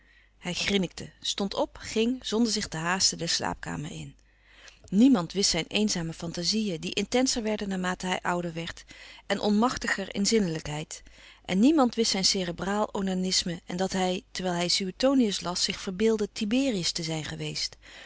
hij grinnikte stond op ging zonder zich te haasten de slaapkamer in niemand wist zijn eenzame fantazieën die intenser werden naarmate hij ouder werd en onmachtiger in zinnelijkheid en niemand wist zijn cerebraal onanisme en dat hij terwijl hij suetonius las zich verbeeldde tiberius te zijn geweest